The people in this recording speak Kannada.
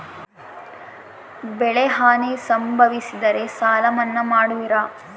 ಬೆಳೆಹಾನಿ ಸಂಭವಿಸಿದರೆ ಸಾಲ ಮನ್ನಾ ಮಾಡುವಿರ?